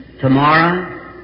tomorrow